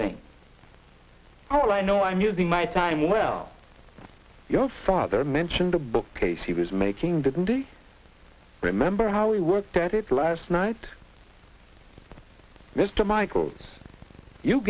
thing how i know i'm using my time well your father mentioned the bookcase he was making didn't remember how we worked at it last night mr michaels you